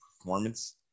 performance